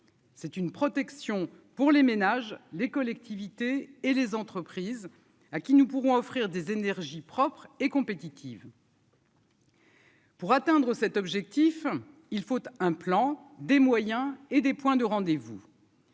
C'est une protection pour les ménages, les collectivités et les entreprises à qui nous pourrons offrir des énergies propres et compétitive. Pour atteindre cet objectif, il faut un plan des moyens et des points de rendez-vous.